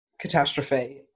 catastrophe